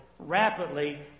Rapidly